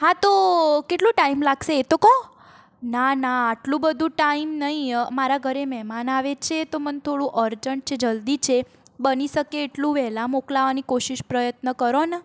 હા તો કેટલો ટાઇમ લાગશે એ તો કહો ના ના એટલુ બધુ ટાઇમ નહીં મારા ઘરે મહેમાન આવે છે તો મને થોડું અરજન્ટ છે જલ્દી છે બની શકે એટલું વહેલાં મોકલાવવાની કોશિશ પ્રયત્ન કરો ને